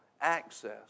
access